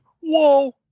Whoa